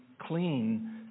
clean